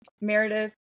Meredith